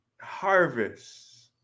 harvest